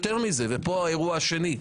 יותר מזה, ופה האירוע השני.